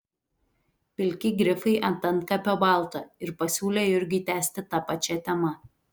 pilki grifai ant antkapio balto ir pasiūlė jurgiui tęsti ta pačia tema